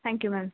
thank you ma'am